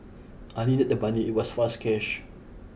I needed the money it was fast cash